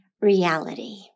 reality